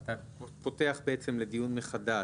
אתה פותח לדיון מחדש.